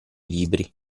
libri